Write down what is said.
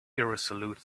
irresolute